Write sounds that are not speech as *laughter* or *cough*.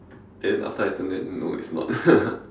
then after I turn then no it's not *laughs*